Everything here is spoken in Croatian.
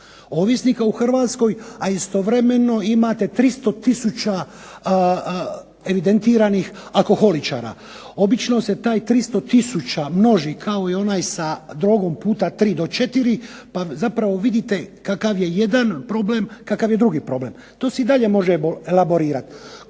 ovisnika u Hrvatskoj, a istovremeno imate 300 tisuća evidentiranih alkoholičara. Obično se taj 300 tisuća množi kao i onaj sa drogom puta 3 do 4 pa zapravo vidite kakav je jedan problem, kakav je drugi problem. To se i dalje može elaborirati.